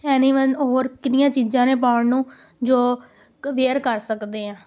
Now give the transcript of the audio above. ਐਨੀ ਵੰਨ ਔਰ ਕਿੰਨੀਆਂ ਚੀਜ਼ਾਂ ਨੇ ਪਾਉਣ ਨੂੰ ਜੋ ਵੇਅਰ ਕਰ ਸਕਦੇ ਹਾਂ